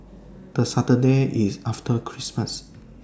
The Saturday IS after Christmas